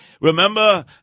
Remember